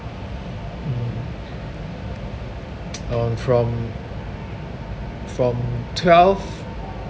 mm um from from twelve